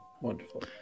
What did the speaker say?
wonderful